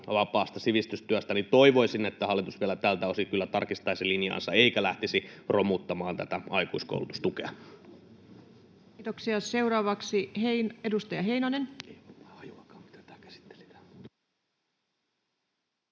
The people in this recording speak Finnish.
vapaasta sivistystyöstä, niin toivoisin, että hallitus vielä tältä osin kyllä tarkistaisi linjaansa eikä lähtisi romuttamaan aikuiskoulutustukea. [Speech 7] Speaker: Ensimmäinen